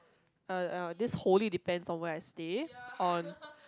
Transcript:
uh uh this wholly depend on where I stay on